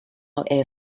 air